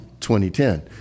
2010